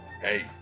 hey